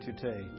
today